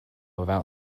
without